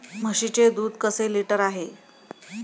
म्हशीचे दूध कसे लिटर आहे?